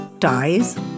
ties